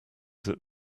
that